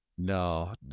No